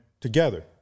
together